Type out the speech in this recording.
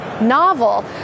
novel